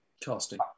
casting